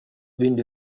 bindi